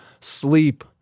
sleep